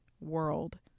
world